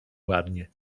ładnie